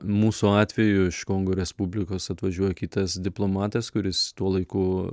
mūsų atveju iš kongo respublikos atvažiuoja kitas diplomatas kuris tuo laiku